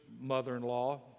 mother-in-law